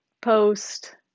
post